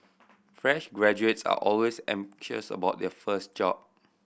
fresh graduates are always anxious about their first job